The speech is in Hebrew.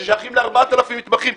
ששייכים ל-4,000 מתמחים.